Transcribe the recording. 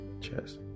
Cheers